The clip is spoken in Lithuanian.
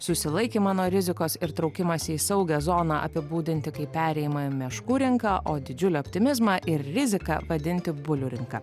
susilaikymą nuo rizikos ir traukimąsi į saugią zoną apibūdinti kaip perėjimą į meškų rinką o didžiulį optimizmą ir riziką vadinti bulių rinka